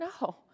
No